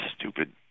stupid